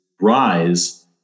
rise